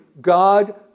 God